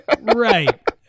Right